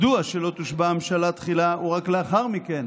מדוע שלא תושבע הממשלה תחילה, ורק לאחר מכן